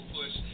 Push